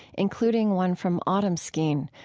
including one from autumn skeen,